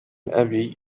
أبي